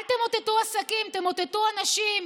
אל תמוטטו עסקים תמוטטו אנשים